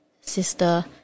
sister